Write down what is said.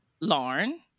Lauren